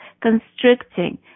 constricting